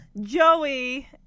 Joey